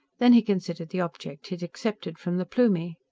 then he considered the object he'd accepted from the plumie.